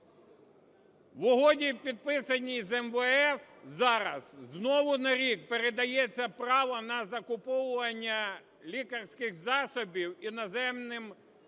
В угоді, підписаній з МВФ, зараз знову на рік передається право на закуповування лікарських засобів іноземним